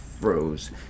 froze